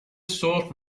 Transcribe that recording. سرخ